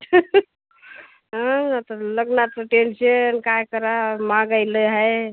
हा आता लग्नाचं टेन्शन काय करावं महागाई लई आहे